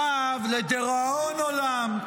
--- לדיראון עולם.